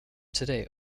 today